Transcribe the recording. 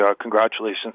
congratulations